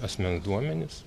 asmens duomenis